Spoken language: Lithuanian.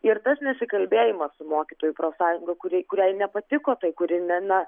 ir tas nesikalbėjimas su mokytojų profsąjunga kuri kuriai nepatiko tai kuri ne na